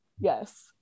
Yes